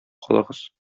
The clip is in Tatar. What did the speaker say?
калыгыз